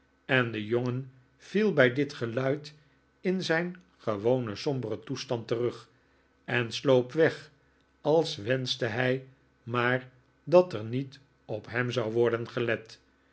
en de jongen viel bij dit geluid in zijn gewonen somberen toestand terug en sloop weg als wenschte hij maar dat er niet op hem zou worden gelet